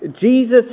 Jesus